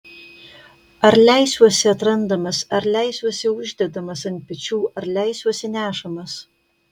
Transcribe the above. ar leisiuosi atrandamas ar leisiuosi uždedamas ant pečių ar leisiuosi nešamas